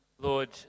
Lord